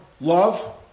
Love